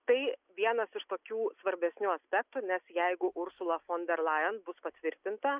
tai vienas iš tokių svarbesnių aspektų nes jeigu ursula fon der lajen bus patvirtinta